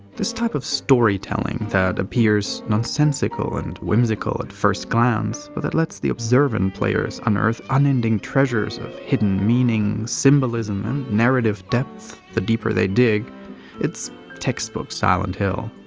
this type of storytelling, that appears nonsensical and whimsical at first glance, but that lets the observant players unearth unending treasures of hidden meaning, symbolism and narrative depth the deeper they dig it's textbook silent hill.